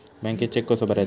बँकेत चेक कसो भरायचो?